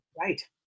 Right